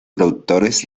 productores